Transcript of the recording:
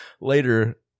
later